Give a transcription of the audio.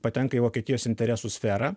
patenka į vokietijos interesų sferą